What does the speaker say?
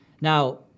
Now